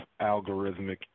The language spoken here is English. algorithmic